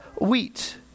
wheat